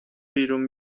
بیرون